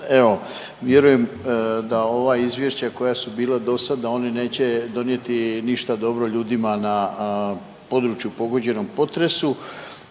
evo, vjerujem da ova izvješća koja su bila dosada oni neće donijeti ništa dobro ljudima na području pogođenom potresu